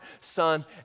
Son